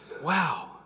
wow